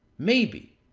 maybe,